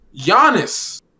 Giannis